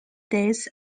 this